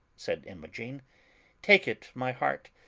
said imogen take it, my heart,